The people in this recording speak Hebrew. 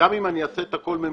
אם אני אעשה את הכול ממוצע,